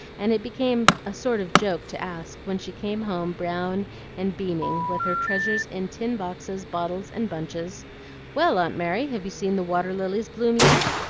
and it became a sort of joke to ask, when she came home brown and beaming with her treasures in tin boxes, bottles, and bunches well, aunt mary, have you seen the water-lilies bloom yet?